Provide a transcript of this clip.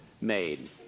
made